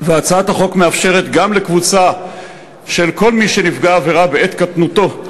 והצעת החוק מאפשרת גם לקבוצה של כל מי שנפגע עבירה בעת קטנותו,